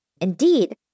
Indeed